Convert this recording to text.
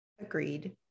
Agreed